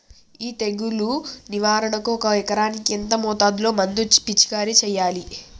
ఈ తెగులు నివారణకు ఒక ఎకరానికి ఎంత మోతాదులో మందు పిచికారీ చెయ్యాలే?